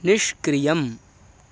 निष्क्रियम्